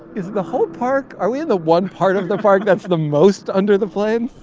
is the whole park are we in the one part of the park that's the most under the planes?